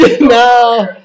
No